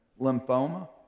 lymphoma